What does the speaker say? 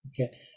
okay